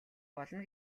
болно